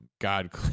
God